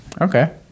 Okay